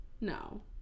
No